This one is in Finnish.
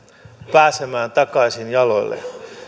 pääsemään takaisin jaloilleen